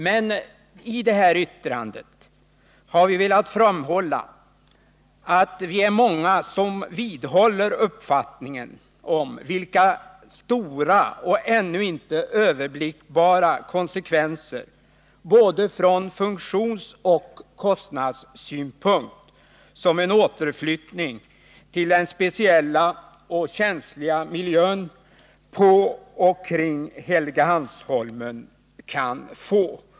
Men i det här yttrandet har vi velat framhålla att vi är många som vidhåller uppfattningen att en återflyttning till den speciella och känsliga miljön på och kring Helgeandsholmen kan få många och ännu inte överblickbara konsekvenser, från både funktionsoch kostnadssynpunkt.